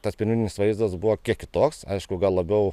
tas pirminis vaizdas buvo kiek kitoks aišku gal labiau